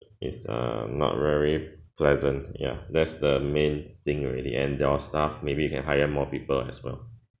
it's uh not very pleasant ya that's the main thing already and your staff maybe you can hire more people as well